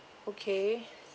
okay